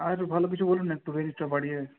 আর ভালো কিছু বলুন না একটু রেঞ্জটা বাড়িয়ে